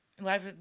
Life